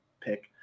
pick